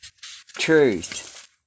truth